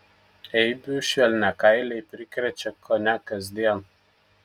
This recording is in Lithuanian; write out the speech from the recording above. eibių švelniakailiai prikrečia kone kasdien